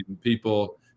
people